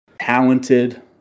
talented